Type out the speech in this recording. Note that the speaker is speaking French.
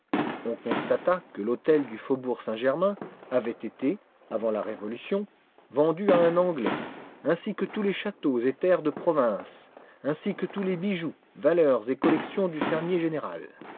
on constata que l'hôtel du faubourg saint-germain avait été avant la révolution vendu à un anglais ainsi que tous les châteaux et terres de province ainsi que tous les bijoux valeurs et collections du fermier général